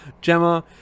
Gemma